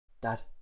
Dad